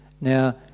Now